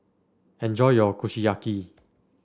enjoy your Kushiyaki